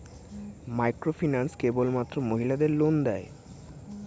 Microfinance কেবলমাত্র মহিলাদের loan দেয়?